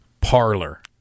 Parlor